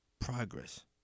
progress